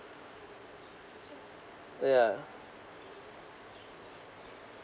yeah